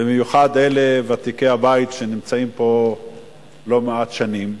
במיוחד אלה, ותיקי הבית, שנמצאים פה לא מעט שנים,